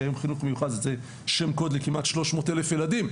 כי היום "חינוך מיוחד" זה שם קוד לכמעט 300 אלף ילדים,